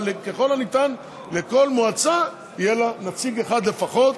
אבל ככל הניתן לכל מועצה יהיה נציג אחד לפחות,